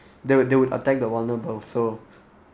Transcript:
they would they would attack the vulnerable so